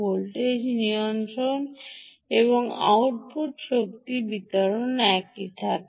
voltage নিয়ন্ত্রণ এবং output শক্তি বিতরণ একই থাকে